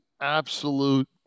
absolute